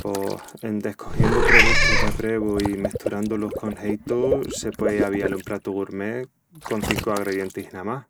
Pos... en descogiendu produtus d'aprevu i mesturandu-lus con geitu, Se puei avial un pratu gourmet con cincu agredientis namás.